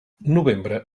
novembre